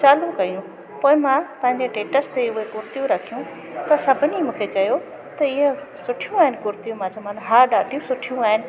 चालू कयूं त मां पंहिंजे टेटस ते उहे कुर्तियूं रखियूं त सभिनी मूंखे चयो त इहो सुठियूं आहिनि कुर्तियूं मां चयोमांसि हा ॾाढियूं सुठियूं आहिनि